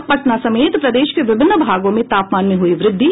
और पटना समेत प्रदेश के विभिन्न भागों में तापमान में हुयी वृद्धि